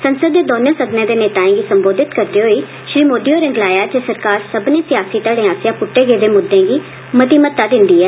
संसद दे दौनें सदनें दे नेताएं गी संबोधित करदे होई श्री मोदी होरें गलाया जे सरकार सब्बनें सियासी धड़ें आस्सेया पुट्टे गेदे मुद्धें गी मती म्हत्ता दिंदी ऐ